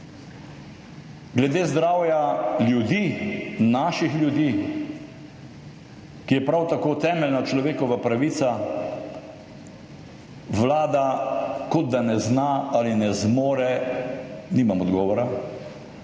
glede zdravja ljudi, naših ljudi, ki je prav tako temeljna človekova pravica, Vlada kot da ne zna ali ne zmore, nimam odgovora,